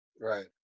right